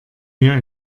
mir